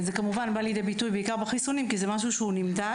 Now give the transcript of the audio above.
זה בא לידי ביטוי בחיסונים כי זה משהו נמדד.